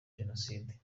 jenoside